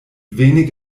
wenig